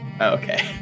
okay